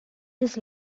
just